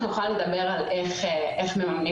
יש לי על זה את הדעה שלי ואת החשיבה.